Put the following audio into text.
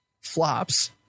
flops